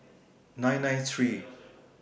nine nine three